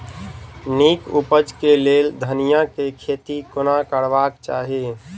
नीक उपज केँ लेल धनिया केँ खेती कोना करबाक चाहि?